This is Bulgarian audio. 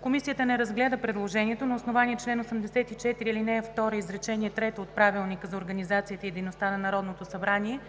Комисията не разгледа предложението на основание чл. 84, ал. 2, изречение трето от Правилника за организацията и дейността на Народното събрание,